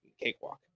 cakewalk